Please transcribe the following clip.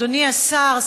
אדוני השר,